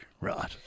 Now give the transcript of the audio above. Right